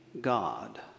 God